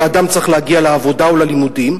ואדם צריך להגיע לעבודה או ללימודים,